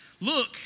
look